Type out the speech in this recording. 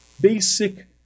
basic